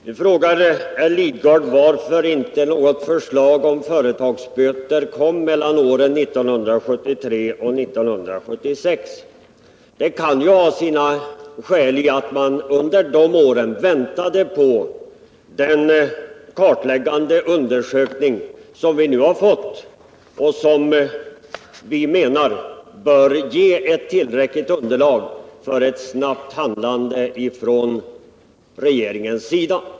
Herr Lidgard frågade varför inte något förslag om företagsböter kom mellan åren 1973 och 1976. Det kan ju ha sin förklaring i att man under de åren väntade på den kartläggande undersökning som vi nu fått och som vi menar bör ge tillräckligt underlag för ett snabbt handlande ifrån regeringens sida.